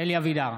אלי אבידר,